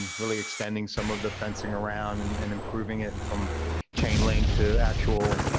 and really extending some of the fencing around, and and improving it from chain link to actual,